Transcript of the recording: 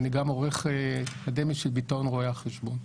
אני העורך האקדמי של ביטאון רואי החשבון.